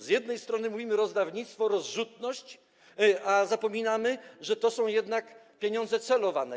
Z jednej strony mówimy: rozdawnictwo, rozrzutność, a zapominamy, że to są jednak pieniądze celowane.